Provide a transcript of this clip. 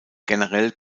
generell